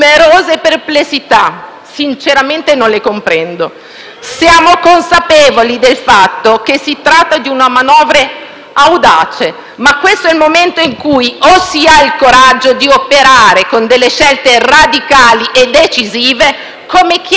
Siamo consapevoli del fatto che si tratta di una manovra audace, ma questo è il momento in cui o si ha il coraggio di operare con delle scelte radicali e decisive, come chiesto dal popolo con il voto del 4 marzo, o il grido dei nostri